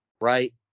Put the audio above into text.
right